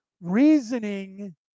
reasoning